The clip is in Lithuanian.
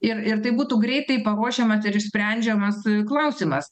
ir ir tai būtų greitai paruošiamas ir išsprendžiamas klausimas